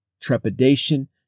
trepidation